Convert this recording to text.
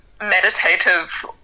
meditative